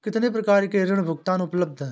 कितनी प्रकार के ऋण भुगतान उपलब्ध हैं?